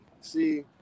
see